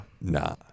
nah